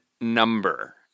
number